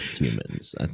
humans